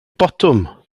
botwm